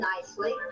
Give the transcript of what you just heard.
nicely